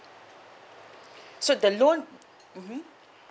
so the loan mmhmm